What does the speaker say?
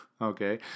okay